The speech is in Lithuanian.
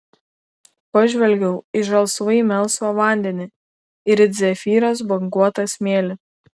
pažvelgiau į žalsvai melsvą vandenį ir it zefyras banguotą smėlį